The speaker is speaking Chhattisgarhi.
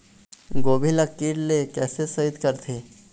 गोभी ल कीट ले कैसे सइत करथे?